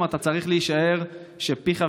סיכוי שתוכל,